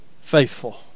faithful